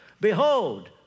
Behold